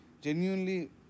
Genuinely